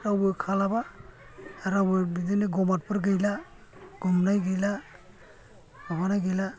रावबो खालाबा आरो रावबो बिदिनो गमाथफोर गैला गुमनाय गैला माबानाय गैला